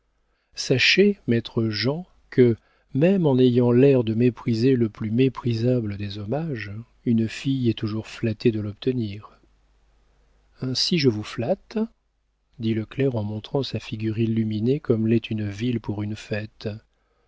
sachez maître jean que même en ayant l'air de mépriser le plus méprisable des hommages une fille est toujours flattée de l'obtenir ainsi je vous flatte dit le clerc en montrant sa figure illuminée comme l'est une ville pour une fête